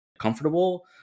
comfortable